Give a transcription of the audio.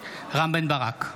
רם בן ברק,